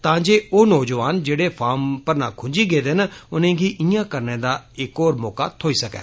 तां जे ओ नोजवान जेहड़े फार्म भरना खुंजी गेदे न उनेंगी इआं करने दा इक होर मौका थ्होई सकै